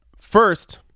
First